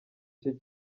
cye